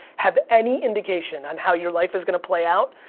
have any indication on how your life is gonna play out,